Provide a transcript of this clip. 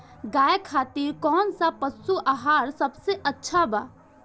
गाय खातिर कउन सा पशु आहार सबसे अच्छा बा?